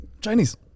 Chinese